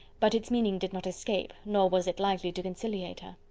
but its meaning did not escape, nor was it likely to conciliate her.